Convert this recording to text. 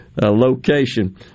location